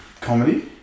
comedy